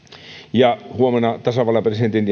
ja voi sanoa että kun huomenna tasavallan presidentin